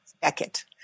Beckett